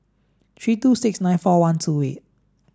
three two six nine four one two eight